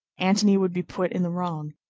antony would be put in the wrong,